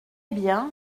bien